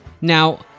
Now